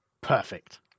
perfect